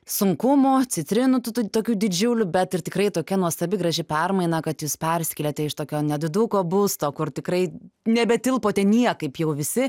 sunkumų citrinų tokių didžiulių bet ir tikrai tokia nuostabi graži permaina kad jūs persikėlėte iš tokio nediduko būsto kur tikrai nebetilpote niekaip jau visi